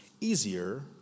easier